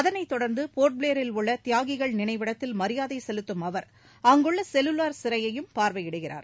அதனைத் தொடர்ந்து போர்ட்ப்ளேரில் உள்ள தியாகிகள் நினைவிடத்தில் மரியாதை செலுத்தும் அவர் அங்குள்ள செல்லுலார் சிறையயும் பார்வையிடுகிறார்